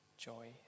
Joy